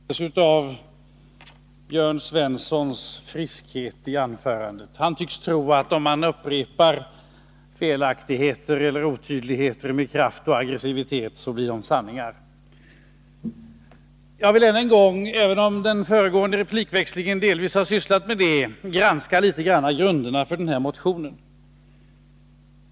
Herr talman! Det förefaller som om Bengt Silfverstrand smittats av Jörn Svenssons friskhet. Han tycks tro att när man upprepar felaktigheter eller otydligheter med kraft och aggressivitet blir de sanningar. Jag vill än en gång, även om den föregående replikväxlingen delvis har sysslat med det, litet granska grunderna för motionen.